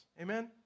Amen